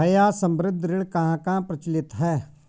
भैया संबंद्ध ऋण कहां कहां प्रचलित है?